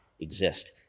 exist